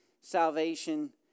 salvation